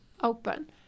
open